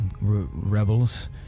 rebels